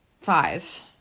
five